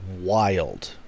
wild